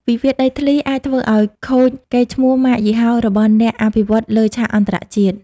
វិវាទដីធ្លីអាចធ្វើឱ្យខូចកេរ្តិ៍ឈ្មោះម៉ាកយីហោរបស់អ្នកអភិវឌ្ឍន៍លើឆាកអន្តរជាតិ។